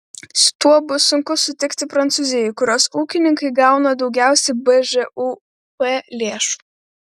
su tuo bus sunku sutikti prancūzijai kurios ūkininkai gauna daugiausiai bžūp lėšų